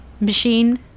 machine